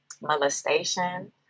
molestation